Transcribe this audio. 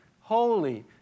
holy